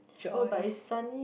oh but it's sunny